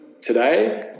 today